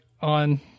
on